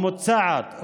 המוצעת,